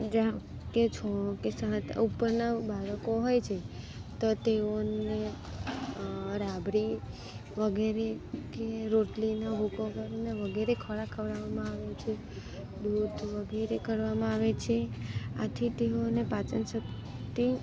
જેમકે છ કે સાત ઉપરના બાળકો હોય છે તો તેઓને રાબડી વગેરે કે રોટલીનો ભુક્કો કરીને વગેરે ખોરાક ખવડાવવામાં આવે છે દૂધ વગેરે કરવામાં આવે છે આથી તેઓને પાચન શક્તિ